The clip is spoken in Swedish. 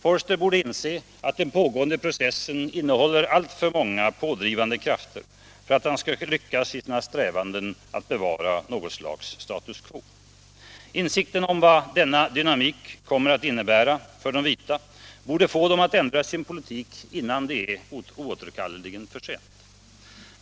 Voerster borde inse att den pågående processen innehåller alltför många pådrivande krafter för att han skall kunna lyckas i sina strävanden att bevara något slags status quo. Insikten om vad denna dynamik kommer att innebära för de vita borde få dem att ändra sin politik, innan det är oåterkalleligt för sent.